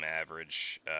average